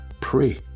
pray